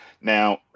Now